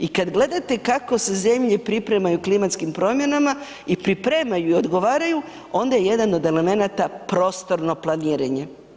I kad gledate kako se zemlje pripremaju klimatskim promjenama i pripremaju i odgovaraju onda je jedan od elemenata prostorno planiranje.